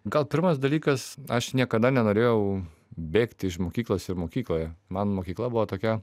gal pirmas dalykas aš niekada nenorėjau bėgti iš mokyklos ir mokykloje man mokykla buvo tokia